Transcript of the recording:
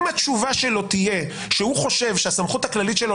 אם התשובה שלו תהיה שהוא חושב שהסמכות הכללית שלו